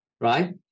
right